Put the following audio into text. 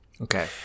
okay